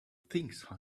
things